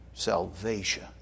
Salvation